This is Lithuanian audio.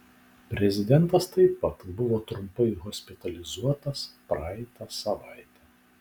prezidentas taip pat buvo trumpai hospitalizuotas praeitą savaitę